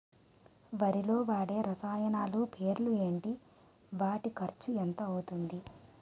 వరిలో వాడే రసాయనాలు పేర్లు ఏంటి? వాటి ఖర్చు ఎంత అవతుంది?